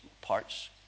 parts